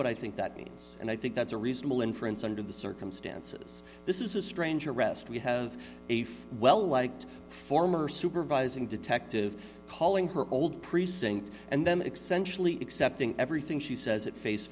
what i think that means and i think that's a reasonable inference under the circumstances this is a strange arrest we have a few well liked former supervising detective calling her old precinct and the accepting everything she says at face